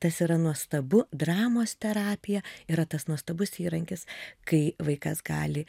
tas yra nuostabu dramos terapija yra tas nuostabus įrankis kai vaikas gali